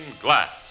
glass